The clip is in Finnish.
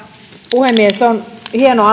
puhemies on hieno